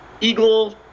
eagle